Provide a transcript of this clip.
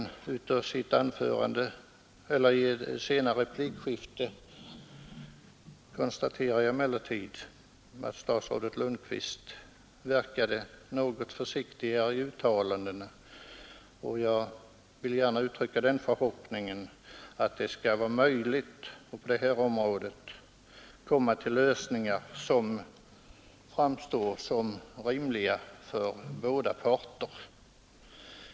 I det senare replikskiftet verkade statsrådet Lundkvist något försiktigare i sina uttalanden, och jag vill gärna uttrycka den förhoppningen att det på detta område skall bli möjligt att komma fram till lösningar som framstår som rimliga för båda parter.